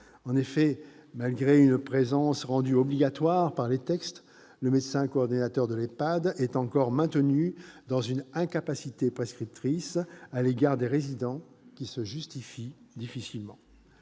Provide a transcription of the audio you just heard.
En effet, malgré une présence rendue obligatoire par les textes, le médecin coordonnateur de l'EHPAD est encore maintenu dans une incapacité prescriptrice à l'égard des résidents qui se justifie difficilement.